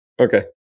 Okay